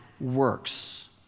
works